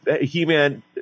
He-Man